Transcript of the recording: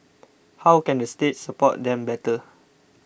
how can the state support them better